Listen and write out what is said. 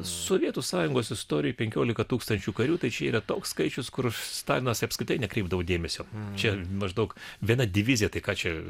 sovietų sąjungos istorijoj penkiolika tūkstančių karių tai čia yra toks skaičius kur stalinas apskritai nekreipdavo dėmesio čia maždaug viena divizija tai ką čia